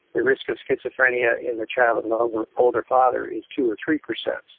the risk of schizophrenia in the child of an older older father is two or three percent,